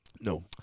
No